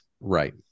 Right